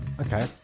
Okay